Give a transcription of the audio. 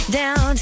down